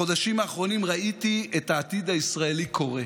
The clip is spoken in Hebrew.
בחודשים האחרונים ראיתי את העתיד הישראלי קורה,